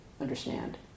understand